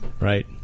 right